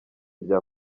rya